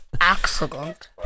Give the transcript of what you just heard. accident